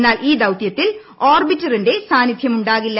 എന്നാൽ ഈ ദൌത്യത്തിൽ ഓർബിറ്ററിന്റെ സാന്നിധ്യമുണ്ടാകില്ല